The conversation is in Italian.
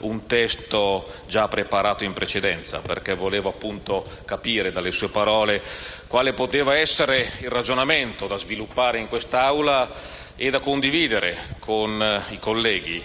un testo già preparato in precedenza, perché volevo capire dalle sue parole quale poteva essere il ragionamento da sviluppare in questa sede e da condividere con i colleghi.